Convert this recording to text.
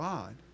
God